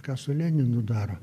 ką su leninu daro